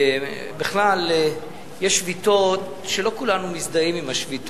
בכלל, יש שביתות שלא כולנו מזדהים אתן.